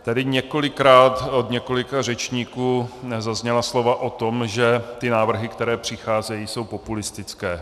Tady několikrát od několika řečníků zazněla slova o tom, že návrhy, které přicházejí, jsou populistické.